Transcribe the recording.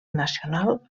nacional